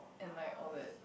and like all that